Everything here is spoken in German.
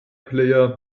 player